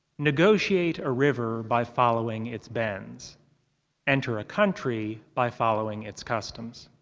negotiate a river by following its bends enter a country by following its customs.